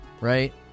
right